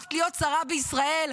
הפכת להיות שרה בישראל,